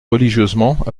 religieusement